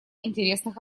интересных